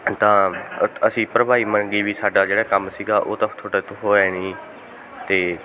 ਤਾਂ ਉ ਅਸੀਂ ਭਰਪਾਈ ਮੰਗੀ ਵੀ ਸਾਡਾ ਜਿਹੜਾ ਕੰਮ ਸੀਗਾ ਉਹ ਤਾਂ ਤੁਹਾਡਾ ਤੋਂ ਹੋਇਆ ਹੀ ਨਹੀਂ ਅਤੇ